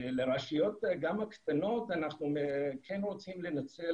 ולרשויות גם הקטנות אנחנו כן רוצים לנצל